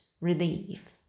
relief